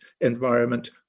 environment